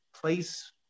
place